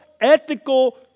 ethical